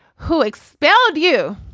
who expelled you